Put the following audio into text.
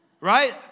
Right